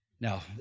Now